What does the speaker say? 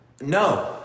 no